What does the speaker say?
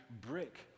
brick